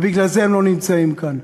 ובגלל זה הם לא נמצאים כאן.